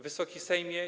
Wysoki Sejmie!